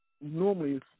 normally